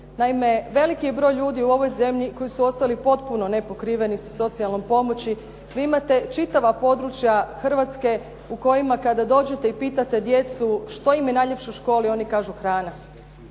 Naime veliki je broj ljudi u ovoj zemlji koji su ostali potpuno nepokriveni sa socijalnom pomoći. Vi imate čitava područja Hrvatske u kojima kada dođete i pitate djecu što im je najljepše u školi, oni kažu hrana.